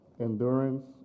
endurance